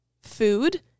food